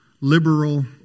liberal